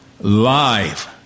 live